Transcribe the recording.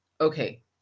Okay